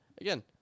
Again